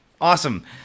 Awesome